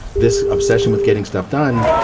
this obsession with getting stuff done,